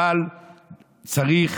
אבל צריך